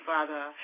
Father